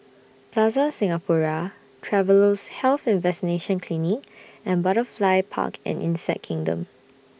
Plaza Singapura Travellers' Health and Vaccination Clinic and Butterfly Park and Insect Kingdom